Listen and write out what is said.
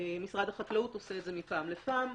משרד החקלאות עושה את זה מפעם לפעם.